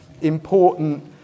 important